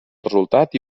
resultat